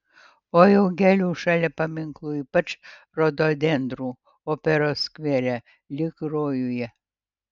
o jau gėlių šalia paminklų ypač rododendrų operos skvere lyg rojuje